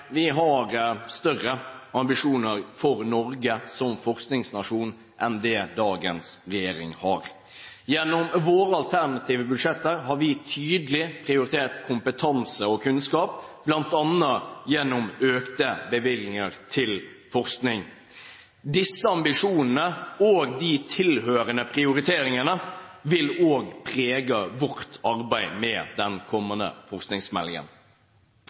har større ambisjoner for Norge som forskningsnasjon enn dagens regjering har. Gjennom våre alternative budsjetter har vi tydelig prioritert kompetanse og kunnskap, bl.a. gjennom økte bevilgninger til forskning. Disse ambisjonene og de tilhørende prioriteringene vil også prege vårt arbeid med den kommende